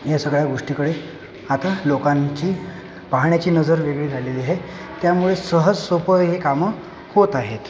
ह्या सगळ्या गोष्टीकडे आता लोकांची पाहण्याची नजर वेगळी झालेली आहे त्यामुळे सहज सोपं हे कामं होत आहेत